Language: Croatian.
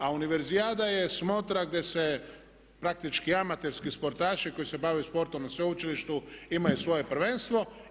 A univerzijada je smotra gdje se praktički amaterski sportaši koji se bave sportom na sveučilištu imaju svoje prvenstvo.